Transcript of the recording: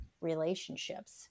relationships